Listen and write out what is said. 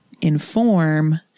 inform